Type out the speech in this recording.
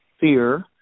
fear